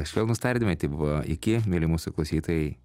švelnūs tardymai tai buvo iki mieli mūsų klausytojai